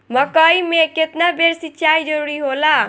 मकई मे केतना बेर सीचाई जरूरी होला?